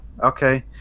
Okay